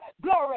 Glory